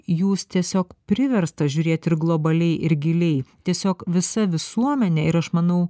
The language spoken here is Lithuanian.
jūs tiesiog priverstas žiūrėt ir globaliai ir giliai tiesiog visa visuomenė ir aš manau